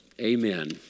Amen